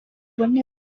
aboneka